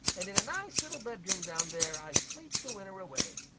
and in a nice little bedroom down there i sleep the winter away.